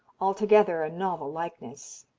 altogether a novel likeness.